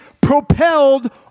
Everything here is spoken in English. propelled